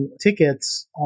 tickets